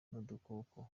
n’udukoko